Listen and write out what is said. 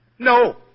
No